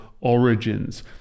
Origins